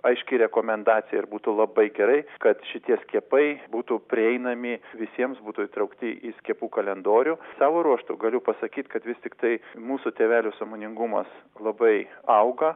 aiški rekomendacija ir būtų labai gerai kad šitie skiepai būtų prieinami visiems būtų įtraukti į skiepų kalendorių savo ruožtu galiu pasakyt kad vis tiktai mūsų tėvelių sąmoningumas labai auga